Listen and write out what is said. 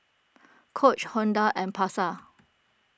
Coach Honda and Pasar